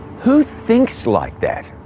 who thinks like that?